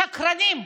שקרנים.